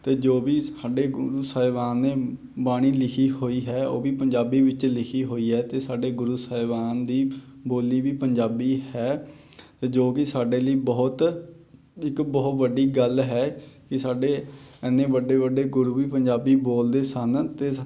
ਅਤੇ ਜੋ ਵੀ ਸਾਡੇ ਗੁਰੂ ਸਾਹਿਬਾਨ ਨੇ ਬਾਣੀ ਲਿਖੀ ਹੋਈ ਹੈ ਉਹ ਵੀ ਪੰਜਾਬੀ ਵਿੱਚ ਲਿਖੀ ਹੋਈ ਹੈ ਅਤੇ ਸਾਡੇ ਗੁਰੂ ਸਾਹਿਬਾਨ ਦੀ ਬੋਲੀ ਵੀ ਪੰਜਾਬੀ ਹੈ ਅਤੇ ਜੋ ਕਿ ਸਾਡੇ ਲਈ ਬਹੁਤ ਇੱਕ ਬਹੁਤ ਵੱਡੀ ਗੱਲ ਹੈ ਕਿ ਸਾਡੇ ਇੰਨੇ ਵੱਡੇ ਵੱਡੇ ਗੁਰੂ ਵੀ ਪੰਜਾਬੀ ਬੋਲਦੇ ਸਨ ਅਤੇ